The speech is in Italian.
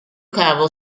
cavo